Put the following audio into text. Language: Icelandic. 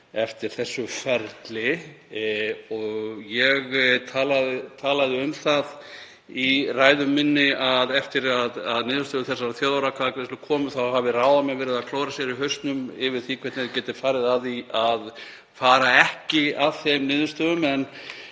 eftir þessu ferli. Ég talaði um það í ræðu minni að eftir að niðurstöður þjóðaratkvæðagreiðslunnar komu hafi ráðamenn verið að klóra sér í hausnum yfir því hvernig þeir gætu farið að því að fara ekki að þeim niðurstöðum. En